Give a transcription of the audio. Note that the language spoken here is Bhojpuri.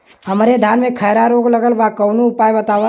हमरे धान में खैरा रोग लगल बा कवनो उपाय बतावा?